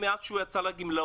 מאז שהוא יצא לגמלאות.